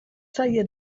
zaie